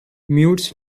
mutes